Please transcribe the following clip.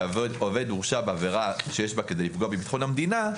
"העובד הורשע בעבירה שיש בה כדי לפגוע בביטחון המדינה,